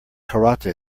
karate